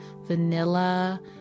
vanilla